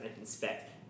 inspect